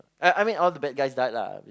yeah I mean all the bad guys died lah